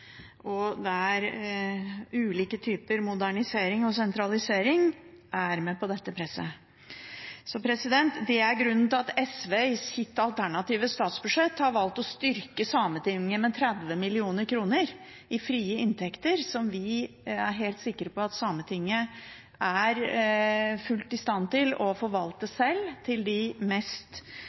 og der ulike typer modernisering og sentralisering er med på dette presset. Det er grunnen til at SV i sitt alternative statsbudsjett har valgt å styrke Sametinget med 30 mill. kr i frie inntekter, som vi er helt sikre på at Sametinget er fullt ut i stand til sjøl å forvalte og bruke på de mest